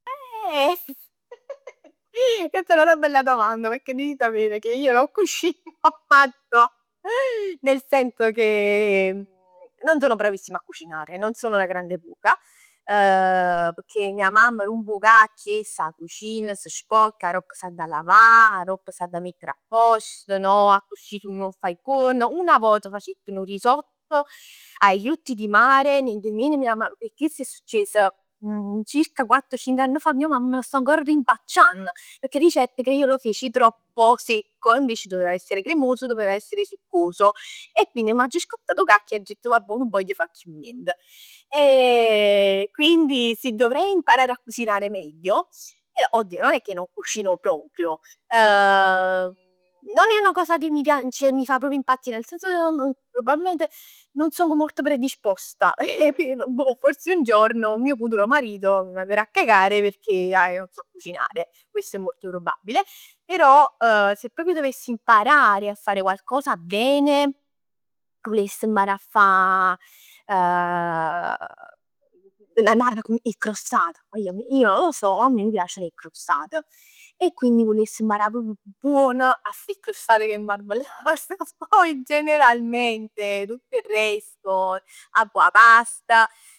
Chest è n'ata bella domanda pecchè devi sapere che io non cucino affatto. Nel senso che non sono bravissima a cucinare, non sono una grande cuoca. Pecchè mia mamma romp 'o cacchio ess, 'a cucina, s' sporca, aropp s'adda lavà, aropp s'adda mettere appost. No accussì nun 'o fai buono. Una vota faciett nu risott ai frutti di mare, niente niente mia mamma, chest è succiess circa quatt cinc anni fa e mia mamma mò sta ancora rinfacciann pecchè dicett che io lo feci troppo secco e invece doveva essere cremoso e doveva essere sugoso e quindi m'aggio scassat 'o cacchio e agg ditt vabbuò nun vogl fa chiù nient. E quindi sì, dovrei imparare a cucinare meglio. Oddio non è che non cucino proprio, non è una cosa che mi piace, che mi fa proprio impazzì, nel senso che pro- probabilmente non sono molto predisposta. E quindi boh, forse un giorno un mio futuro marito mi manderà a cacare perchè io non so cucinare. Questo è molto probabile, però se proprio dovessi imparare a fare qualcosa bene, vuless mparà a fa 'e crostate. Io lo so, a me m' piaceno 'e crostate. E quindi mi vuless mparà proprio buon a fa 'e crostate cu 'e marmellat. Poi generalmente tutto il resto, vabbuò 'a pasta